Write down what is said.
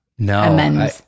No